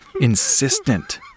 insistent